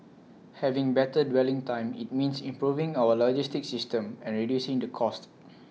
having better dwelling time IT means improving our logistic system and reducing the cost